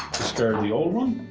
discard the old one.